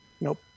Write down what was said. Nope